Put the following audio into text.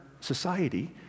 society